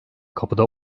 kapıda